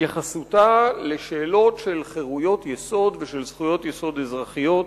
בהתייחסותה לשאלות של חירויות יסוד ושל זכויות יסוד אזרחיות